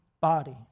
body